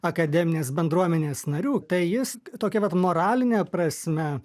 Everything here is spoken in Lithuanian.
akademinės bendruomenės narių tai jis tokia vat moraline prasme